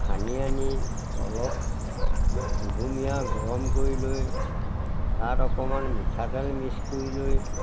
খান্দি আনি অলপ কুহুমীয়া গৰম কৰি লৈ তাত অকণমান মিঠাতেল মিক্স কৰি লৈ